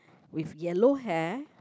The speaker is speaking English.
with yellow hair